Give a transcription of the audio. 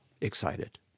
excited